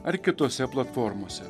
ar kitose platformose